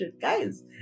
Guys